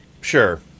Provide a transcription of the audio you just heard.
Sure